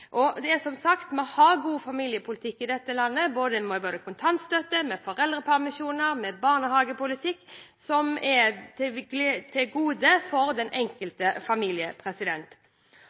Som sagt: Vi har god familiepolitikk i dette landet, både med kontantstøtte, med foreldrepermisjoner og med barnehagepolitikk, som er til beste for den enkelte familie.